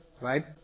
right